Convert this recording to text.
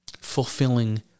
fulfilling